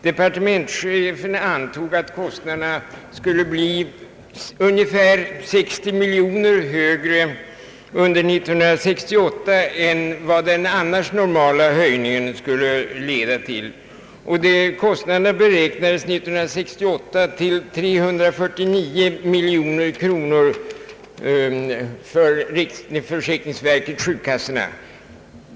Departementschefen antog att kostnaderna skulle bli ungefär 60 miljoner kronor högre under 1968 än vad den normala höjningen annars skulle leda till. Kostnaderna för riksförsäkringsverket och sjukkassorna beräknades för 1968 till 349 miljoner kronor.